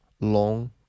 long